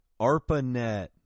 Arpanet